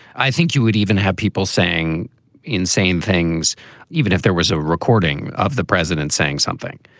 i think you would even have people saying insane things even if there was a recording of the president saying something.